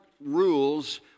rules